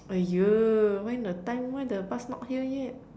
[aiya] why the time why the bus not here yet